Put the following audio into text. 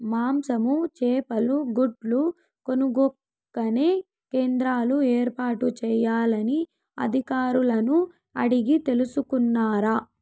మాంసము, చేపలు, గుడ్లు కొనుక్కొనే కేంద్రాలు ఏర్పాటు చేయాలని అధికారులను అడిగి తెలుసుకున్నారా?